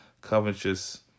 covetous